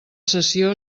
sessió